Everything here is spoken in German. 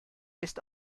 ist